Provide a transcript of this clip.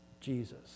Jesus